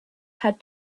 had